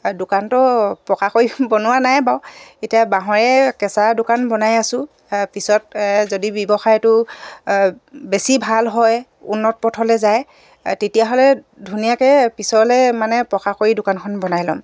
দোকানটো পকা কৰি বনোৱা নাই বাৰু এতিয়া বাঁহৰে কেঁচা দোকান বনাই আছো পিছত যদি ব্যৱসায়টো বেছি ভাল হয় উন্নত পথলে যায় তেতিয়াহ'লে ধুনীয়াকৈ পিছলৈ মানে পকা কৰি দোকানখন বনাই ল'ম